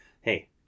Hey